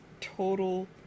total